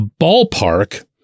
ballpark